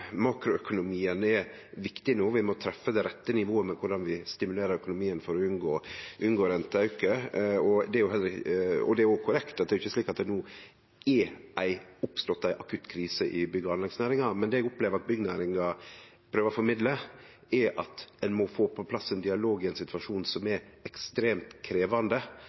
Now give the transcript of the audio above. makroøkonomien er viktig no. Vi må treffe det rette nivået for korleis vi stimulerer økonomien for å unngå renteauke. Det er korrekt at det ikkje er slik at det no er oppstått ei akutt krise i bygg- og anleggsnæringa, men det eg opplever at byggnæringa prøver å formidle, er at ein må få på plass ein dialog i ein situasjon som er ekstremt krevjande,